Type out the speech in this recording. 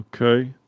Okay